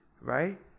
right